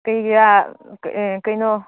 ꯀꯔꯤꯒꯤꯔꯥ ꯀꯩꯅꯣ